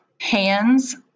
hands